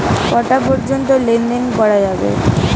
কটা পর্যন্ত লেন দেন করা যাবে?